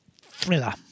thriller